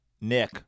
Nick